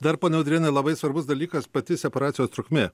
dar ponia udriene labai svarbus dalykas pati separacijos trukmė